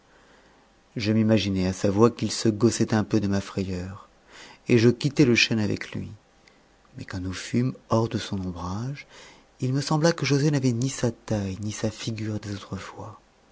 je m'imaginai à sa voix qu'il se gaussait un peu de ma frayeur et je quittai le chêne avec lui mais quand nous fûmes hors de son ombrage il me sembla que joset n'avait ni sa taille ni sa figure des autres fois